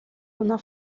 una